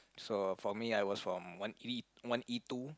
so for me I was from one E one E two